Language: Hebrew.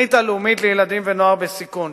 התוכנית הלאומית לילדים ונוער בסיכון,